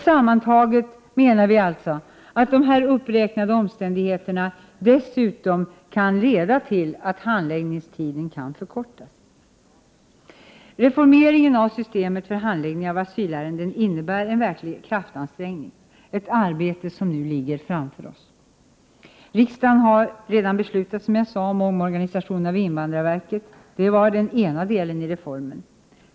Sammantaget menar vi att dessa uppräknade omständigheter dessutom kan leda till att handläggningstiden kan komma att förkortas. Reformeringen av systemet för handläggning av asylärenden innebär en verklig kraftansträngning — ett arbete som nu ligger framför oss. Riksdagen har redan beslutat om omorganisationen av invandrarverket, vilket var den ena delen i reformen.